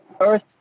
earth